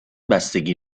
بستگی